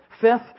Fifth